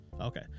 okay